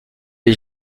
des